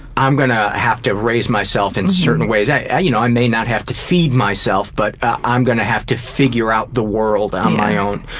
i'm gonna have to raise myself in certain ways. you know, i may not have to feed myself, but i'm gonna have to figure out the world on my own.